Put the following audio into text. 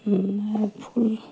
ফুল